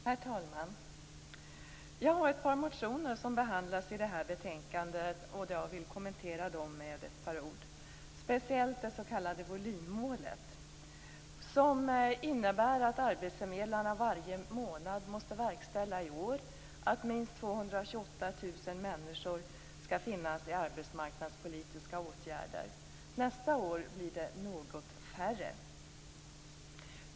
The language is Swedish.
Herr talman! Jag har ett par motioner som behandlas i det här betänkandet, och jag vill kommentera dem med ett par ord. Det gäller speciellt det s.k. volymmålet, som innebär att arbetsförmedlarna i år varje månad måste verkställa att minst 228 000 människor skall finnas i arbetsmarknadspolitiska åtgärder. Nästa år blir det något färre.